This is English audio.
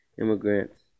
immigrants